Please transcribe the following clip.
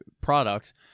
products